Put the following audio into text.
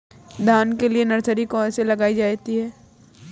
धान के लिए नर्सरी कैसे लगाई जाती है?